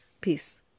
Peace